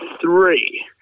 three